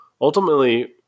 Ultimately